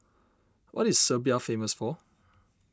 what is Serbia famous for